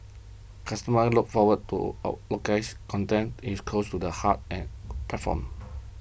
customers look forward to old low case content is close to the hearts and platforms